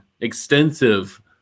extensive